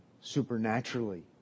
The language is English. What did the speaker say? supernaturally